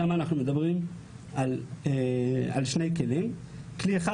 כאן אנחנו מדברים על שני כלים: כלי אחד